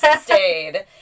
stayed